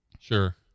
Sure